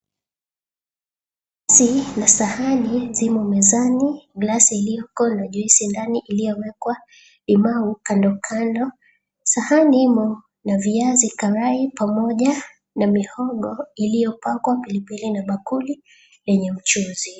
Sahani imo mezani glasi iliyoko na juice ndani iliyowekwa limau kando kando, sahani imo na viazi karai pamoja na mihogo iliyopakwa pilipili na bakuli lenye mchuzi.